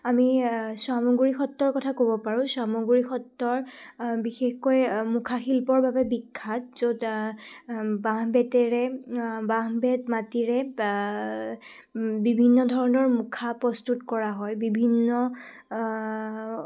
আমি চামগুৰি সত্ৰৰ কথা ক'ব পাৰোঁ চামগুৰি সত্ৰৰ বিশেষকৈ মুখা শিল্পৰ বাবে বিখ্যাত য'ত বাঁহ বেতেৰে বাঁহ বেত মাটিৰে বিভিন্ন ধৰণৰ মুখা প্ৰস্তুত কৰা হয় বিভিন্ন